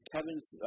Kevin's